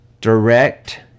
direct